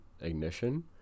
ignition